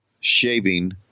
shaving